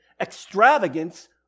extravagance